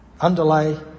underlay